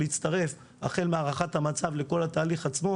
החל מהערכת המצב לכל התהליך עצמו,